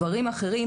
דברים אחרים,